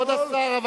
כבוד השר,